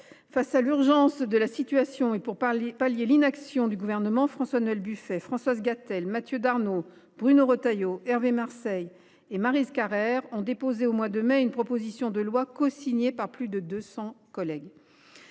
Face à l’urgence de la situation et pour pallier l’inaction du Gouvernement, François Noël Buffet, Françoise Gatel, Mathieu Darnaud, Bruno Retailleau, Hervé Marseille et Maryse Carrère ont déposé au mois de mai une proposition de loi, cosignée par plus de 200 de nos collègues.